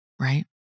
right